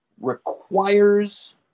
requires